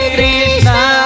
Krishna